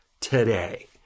today